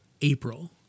April